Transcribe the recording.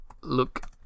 Look